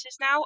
now